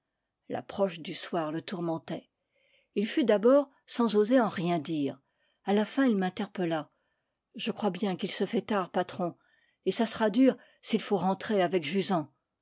l'approche du soir le tourmentait il fut d'abord sans oser en rien dire a la fin il m'interpella je crois bien qu'il se fait tard patron et ça sera dur s'il faut rentrer avec jusant